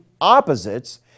opposites